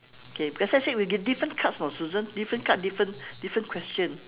okay because let's say we get different cards know susan different card different different question